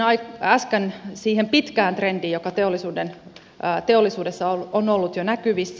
viittasin äsken siihen pitkään trendiin joka teollisuudessa on ollut jo näkyvissä